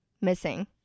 missing